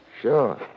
Sure